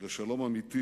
לשלום אמיתי